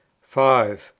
five.